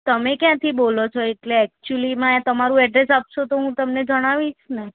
તમે ક્યાંથી બોલો છો એટલે એક્ચુઅલ્લી તમારું એડ્રૈસ આપશો તો હું તમને જણાવીશ ને